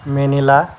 Manila